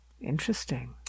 Interesting